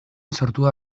sortua